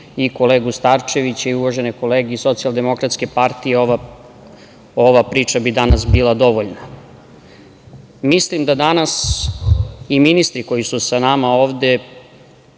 i kolegu Starčevića, i uvažene kolege iz SDS, ova priča bi danas bila dovoljna. Mislim da danas i ministri koji su sa nama ovde